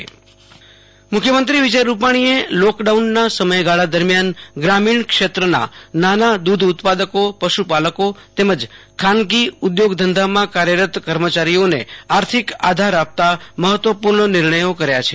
આશુતોષ અંતાણી મુખ્યમંત્રી મુખ્યમંત્રો વિજય રૂપાણીએ લોકડાઉનના સમયગાળા દરમ્યાન ગ્રામિણ ક્ષેત્રના નાના દૂધ ઉત્પા દકો પશુપાલકો તેમજ ખાનગી ઉધોગ ધંધામાં કાર્યરત કર્મચારોઓને આર્થિક આધાર આપતા મહત્વ પર્ણ નિણયો કર્યા છે